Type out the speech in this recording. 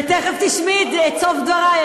ותכף תשמעי את סוף דברי.